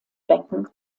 becken